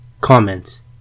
Comments